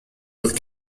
with